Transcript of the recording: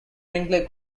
brinkley